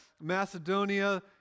Macedonia